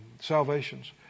salvations